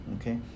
Okay